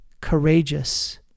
courageous